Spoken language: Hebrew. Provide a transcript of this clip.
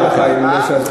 אני לא יכול לאפשר לך,